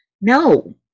No